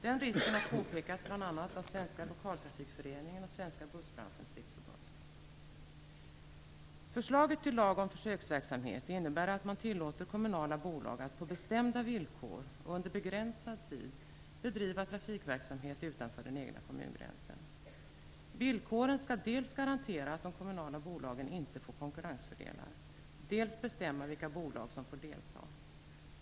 Den risken har påpekats bl.a. av Svenska Lokaltrafikföreningen och Förslaget till lag om försöksverksamhet innebär att man tillåter kommunala bolag att på bestämda villkor och under begränsad tid bedriva trafikverksamhet utanför den egna kommungränsen. Villkoren skall dels garantera att de kommunala bolagen inte får konkurrensfördelar, dels bestämma vilka bolag som får delta.